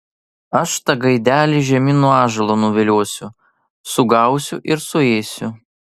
aš tą gaidelį žemyn nuo ąžuolo nuviliosiu sugausiu ir suėsiu